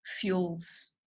fuels